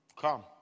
Come